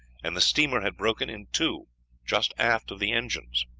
and the steamer had broken in two just aft of the engines.